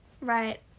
Right